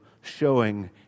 showing